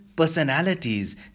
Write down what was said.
Personalities